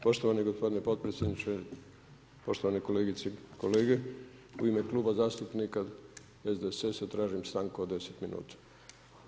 Poštovani gospodine potpredsjedniče, poštovane kolegice i kolege, u ime Kluba zastupnika SDSS-a tražim stanku od 10 minuta.